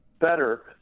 better